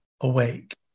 awake